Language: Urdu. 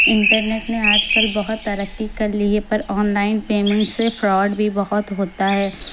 انٹرنیٹ نے آج کل بہت ترقی کرلی ہے پر آن لائن پیمنٹ سے فراڈ بھی بہت ہوتا ہے